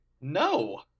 No